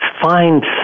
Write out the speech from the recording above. find